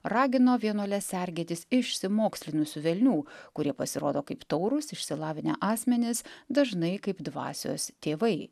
ragino vienuoles sergėtis išsimokslinusių velnių kurie pasirodo kaip taurūs išsilavinę asmenys dažnai kaip dvasios tėvai